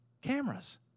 cameras